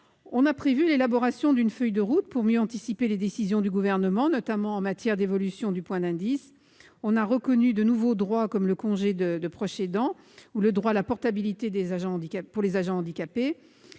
a prévu l'élaboration d'une feuille de route pour mieux anticiper les décisions du Gouvernement, notamment en matière d'évolution du point d'indice. Elle a reconnu de nouveaux droits, comme le congé de proche aidant ou le droit à la portabilité pour les agents handicapés.